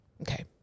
Okay